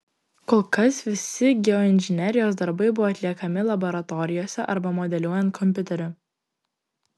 kol kas visi geoinžinerijos darbai buvo atliekami laboratorijose arba modeliuojant kompiuteriu